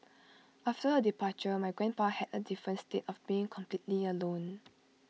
after her departure my grandpa had A different state of being completely alone